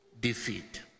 defeat